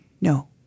No